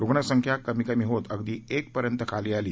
रुग्णसंख्या कमी कमी होत अगदी एकपर्यंत खाली आली